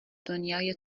دنیای